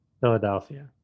Philadelphia